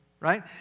right